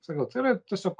sakau tai yra tiesiog